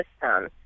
system